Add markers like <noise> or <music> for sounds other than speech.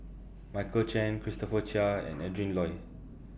Michael Chiang Christopher Chia <noise> and Adrin Loi